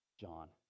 John